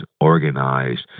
organized